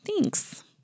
Thanks